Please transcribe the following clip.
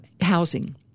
housing